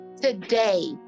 Today